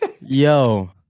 Yo